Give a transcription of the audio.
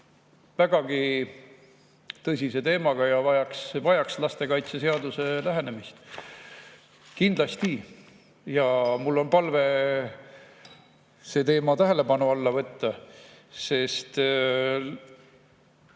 väga tõsise teemaga ja see vajaks lastekaitseseaduse lähenemist. Mul on palve see teema tähelepanu alla võtta, sest